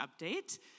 update